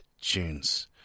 tunes